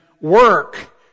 work